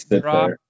drop